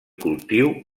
cultiu